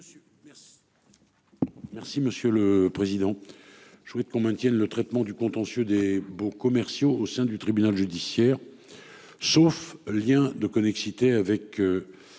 Merci monsieur le président. Je voulais qu'on maintienne le traitement du contentieux des baux commerciaux au sein du tribunal judiciaire. Sauf lien de connexité avec.